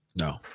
No